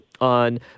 on